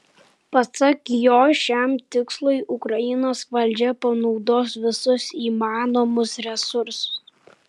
pasak jo šiam tikslui ukrainos valdžia panaudos visus įmanomus resursus